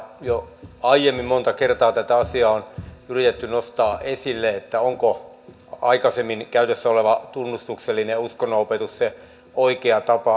jo aiemmin monta kertaa tätä asiaa on yritetty nostaa esille että onko aikaisemmin käytössä oleva tunnustuksellinen uskonnonopetus se oikea tapa